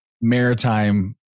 maritime